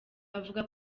avuga